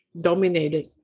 dominated